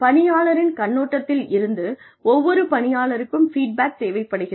பணியாளரின் கண்ணோட்டத்திலிருந்து ஒவ்வொரு பணியாளருக்கும் ஃபீட்பேக் தேவைப்படுகிறது